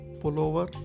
pullover